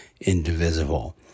Indivisible